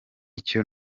icyo